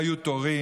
לא היו תורים,